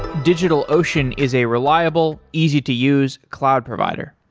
digitalocean is a reliable, easy to use cloud provider.